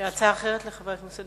הצעה אחרת לחבר הכנסת